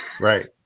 Right